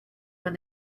when